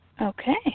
Okay